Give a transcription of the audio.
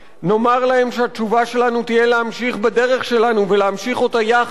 נאמר להם שהתשובה שלנו תהיה להמשיך בדרך שלנו ולהמשיך אותה יחד,